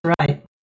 right